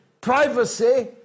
privacy